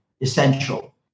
essential